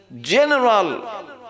general